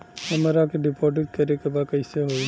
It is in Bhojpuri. हमरा के डिपाजिट करे के बा कईसे होई?